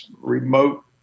remote